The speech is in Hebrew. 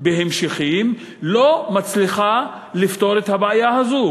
בהמשכים, לא מצליחה לפתור את הבעיה הזאת?